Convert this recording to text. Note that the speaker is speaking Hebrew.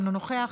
אינה נוכחת,